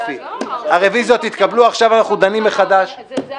אין הרוויזיה על הרכב הוועדה שתדון בהצעת חוק יסוד: הממשלה (תיקון